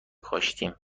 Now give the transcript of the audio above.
کاشتیم